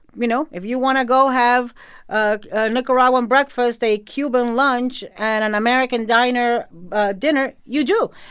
you know, if you want to go have ah a nicaraguan breakfast, a cuban lunch and an american diner dinner, you do.